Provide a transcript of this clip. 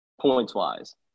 points-wise